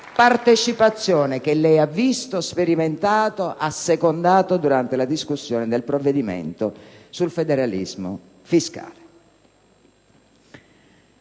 partecipazione che lei ha visto, sperimentato e assecondato durante la discussione del provvedimento sul federalismo fiscale.